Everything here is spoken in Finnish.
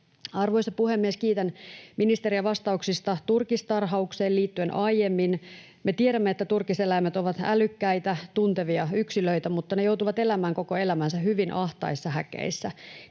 Arvoisa puhemies! Kiitän ministeriä vastauksista turkistarhaukseen liittyen aiemmin. Me tiedämme, että turkiseläimet ovat älykkäitä tuntevia yksilöitä, mutta ne joutuvat elämään koko elämänsä hyvin ahtaissa häkeissä.